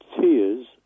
tears